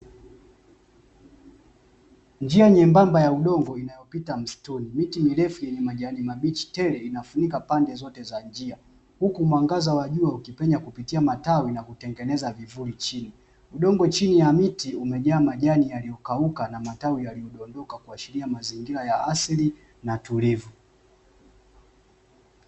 Njia nyembamba ya udongo inayopita misituni, miti mirefu yenye majani mabichi tele, inafunika pande zote za njia. Huku mwangaza wa jua ukipenya kupitia matawi, na kutengeneza vivuli chini. udongo chini ya miti umejaa majani yaliyokauka na matawi yaliyodondoka kuashiria mazingira ya asili na tulivu.